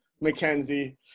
Mackenzie